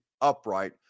upright